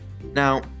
Now